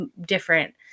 different